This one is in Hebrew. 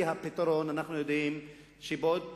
אנחנו יודעים שבעוד חודש,